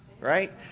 right